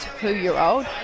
two-year-old